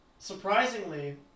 surprisingly